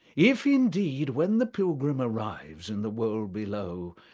if indeed when the pilgrim arrives in the world below,